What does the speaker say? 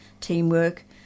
teamwork